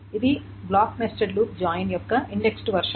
ఇది block nested loop join యొక్క indexed version